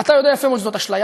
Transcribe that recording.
אתה יודע יפה מאוד שזאת אשליה.